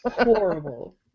Horrible